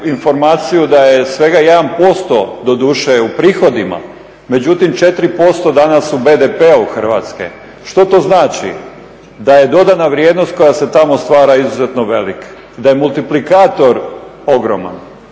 da je svega 1% doduše u prihodima, međutim 4% danas u BDP-u Hrvatske. Što to znači, da je dodana vrijednost koja se tamo stvara izuzetno velika, da je multiplikator ogroman